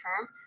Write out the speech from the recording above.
term